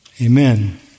Amen